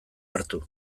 hartu